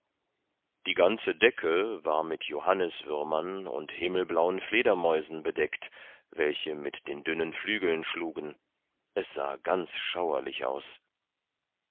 die ganze decke war mit johanniswürmern und himmelblauen fledermäusen bedeckt welche mit den dünnen flügeln schlugen es sah ganz schauerlich aus